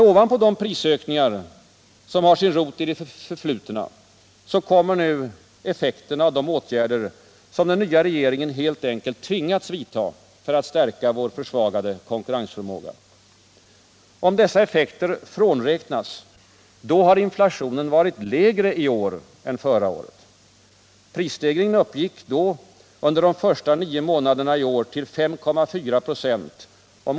Ovanpå de prisökningar som har sin rot i det förflutna kommer nu effekterna av de åtgärder som den nya regeringen helt enkelt tvingats vidta för att stärka vår försvagade konkurrensförmåga. Om dessa effekter frånräknas, då har inflationen varit lägre i år än förra året. Prisstegringen uppgick då under de första nio månaderna i år till 5,4 26.